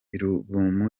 alubumu